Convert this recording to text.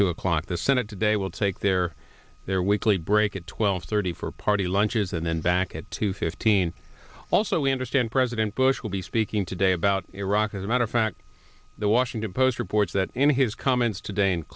two o'clock the senate today will take their their weekly break at twelve thirty for party lunches and then back at two fifteen also we understand president bush will be speaking today about iraq as a matter of fact the washington post reports that in his comments today in